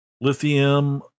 Lithium